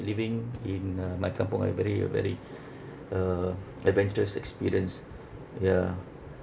living in uh my kampung I very uh very uh adventurous experience ya